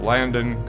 Landon